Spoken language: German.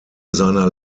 seiner